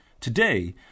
Today